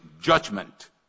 judgment